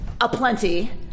aplenty